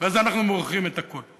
ועל זה אנחנו מורחים את הכול.